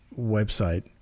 website